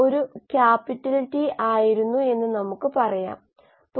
പലതും ഊർജ്ജ നിലയിലേക്ക് നല്കുന്നു നിങ്ങൾക്കറിയാമോ